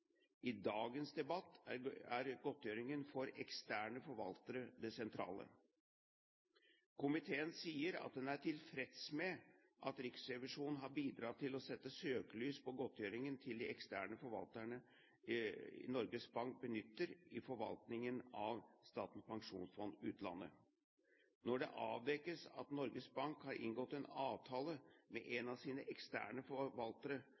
I dagens debatt er godtgjøringen til eksterne forvaltere det sentrale. Komiteen sier at den er tilfreds med at Riksrevisjonen har bidratt til å sette søkelys på godtgjøringen til de eksterne forvalterne Norges Bank benytter i forvaltningen av Statens pensjonsfond utland. Når det avdekkes at Norges Bank har inngått en avtale med en av sine eksterne forvaltere